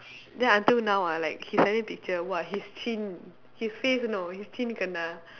then until now ah like he send me picture !wah! his chin his face you know his chin kena